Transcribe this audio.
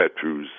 Petrus